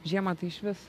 žiemą tai išvis